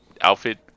outfit